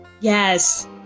Yes